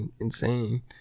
insane